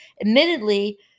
Admittedly